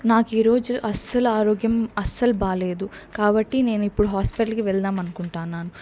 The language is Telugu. నాకు ఈ రోజు అస్సలు ఆరోగ్యం అస్సలు బాగాలేదు కాబట్టి నేను ఇప్పుడు హాస్పిటల్ కి వెళ్దాం అనుకుంటన్నాను